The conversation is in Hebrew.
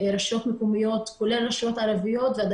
שרשויות מקומיות, כולל רשויות ערביות, נתקלים בהם.